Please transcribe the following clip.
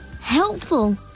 helpful